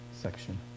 section